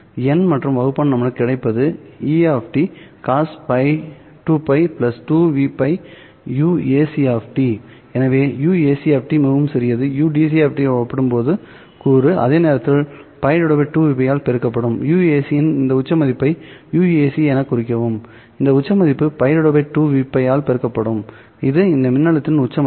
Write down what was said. எண் மற்றும் வகுப்பான் நமக்கு கிடைப்பது E¿ cos π2 2 V π uac எனவே uac மிகவும் சிறியதுudc உடன் ஒப்பிடும்போது கூறு அதே நேரத்தில் π2Vπ ஆல் பெருக்கப்படும் uac இன் உச்ச மதிப்பை எடுத்து uac எனக் குறிக்கவும் இந்த உச்ச மதிப்பு π 2Vπ ஆல் பெருக்கப்படும் இது இந்த மின்னழுத்தத்தின் உச்ச மதிப்பு